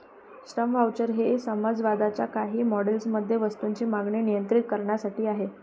श्रम व्हाउचर हे समाजवादाच्या काही मॉडेल्स मध्ये वस्तूंची मागणी नियंत्रित करण्यासाठी आहेत